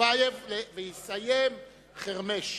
טיבייב ויסיים חרמש.